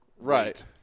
Right